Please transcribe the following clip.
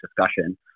discussion